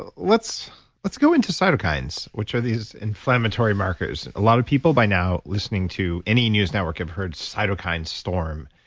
ah let's let's go into cytokines, which are these inflammatory markers. a lot of people by now, listening to any news network have heard cytokine storm,